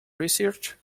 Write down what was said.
research